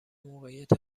موقعیت